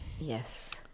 yes